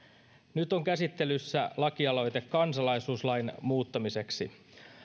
nyt on käsittelyssä lakialoite kansalaisuuslain muuttamiseksi